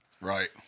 Right